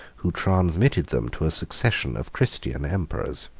who transmitted them to a succession of christian emperors.